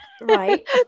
Right